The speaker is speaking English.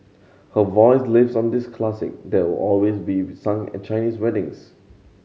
her voice lives on in this classing that will always be be sung Chinese weddings